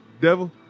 devil